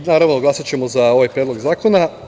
Naravno, glasaćemo za ovaj predlog zakona.